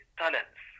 talents